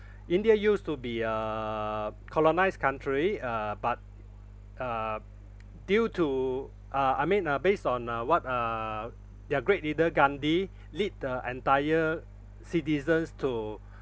india used to be uh colonised country uh but uh due to uh I mean uh based on uh what uh their great leader gandhi lead the entire citizens to